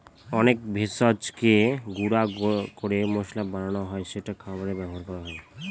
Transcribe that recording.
অনেক ভেষজকে গুঁড়া করে মসলা বানানো হয় যেটা খাবারে ব্যবহার করা হয়